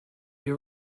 you